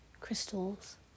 crystals